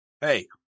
Hey